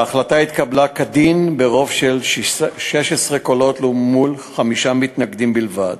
ההחלטה התקבלה כדין ברוב של 16 קולות מול חמישה מתנגדים בלבד.